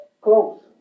close